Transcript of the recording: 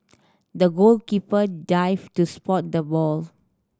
the goalkeeper dived to spot the ball